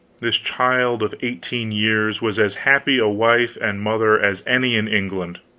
this child of eighteen years, was as happy a wife and mother as any in england